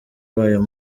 wayo